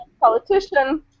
politician